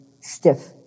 stiff